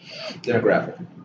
Demographic